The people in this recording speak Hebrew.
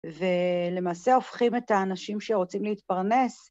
ולמעשה הופכים את האנשים שרוצים להתפרנס.